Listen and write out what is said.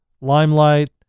limelight